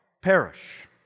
Perish